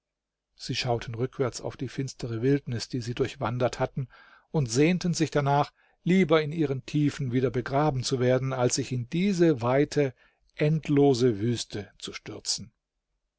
sie schauten rückwärts auf die finstere wildnis die sie durchwandert hatten und sehnten sich darnach lieber in ihren tiefen wieder begraben zu werden als sich in diese weite endlose wüste zu stürzen